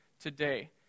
today